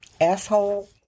Asshole